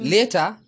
Later